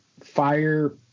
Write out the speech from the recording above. fire—